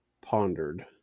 pondered